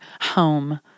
home